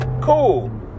cool